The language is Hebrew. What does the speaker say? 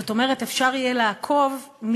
זאת אומרת, אפשר יהיה לעקוב, אחרי בעלי התפקיד.